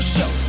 Show